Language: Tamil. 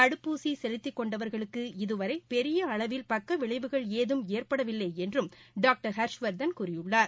தடுப்பூசி செலுத்திக் கொண்டவர்களுக்கு இதுவரை பெரிய அளவில் பக்கவிளைவுகள் ஏதும் ஏற்படவில்லை என்றும் டாக்டர் ஹர்ஷ்வர்தன் கூறியுள்ளார்